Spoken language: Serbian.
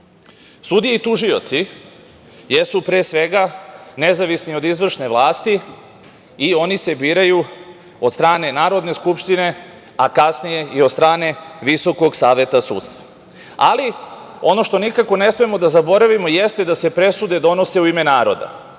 i tužioci jesu, pre svega, nezavisni od izvršne vlasti i oni se biraju od strane Narodne skupštine, a kasnije i od strane Visokog saveta sudstva, ali ono što nikako ne smemo da zaboravimo jeste da se presude donose u ime naroda,